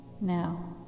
now